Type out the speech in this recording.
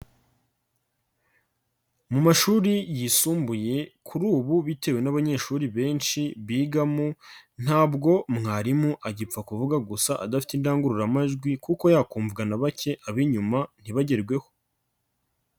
Mu mashuri yisumbuye kuri ubu bitewe n'abanyeshuri benshi bigamo, ntabwo mwarimu agipfa kuvuga gusa adafite indangururamajwi kuko yakumvwa na bake ab'inyuma ntibagerweho.